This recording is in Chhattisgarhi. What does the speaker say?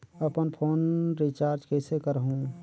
अपन फोन रिचार्ज कइसे करहु?